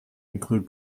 include